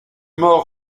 mort